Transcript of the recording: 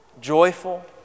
Joyful